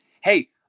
hey